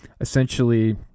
essentially